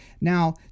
Now